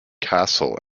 castle